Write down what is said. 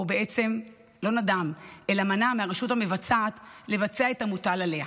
או בעצם לא נדם אלא מנע מהרשות המבצעת לבצע את המוטל עליה,